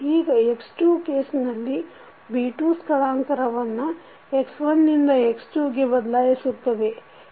ಈಗ x2 ಕೇಸ್ನಲ್ಲಿ B2 ಸ್ಥಳಾಂತರವನ್ನು x1 ನಿಂದ x2 ಗೆ ಬದಲಾಯಿಸುತ್ತದೆ